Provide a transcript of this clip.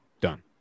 done